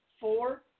four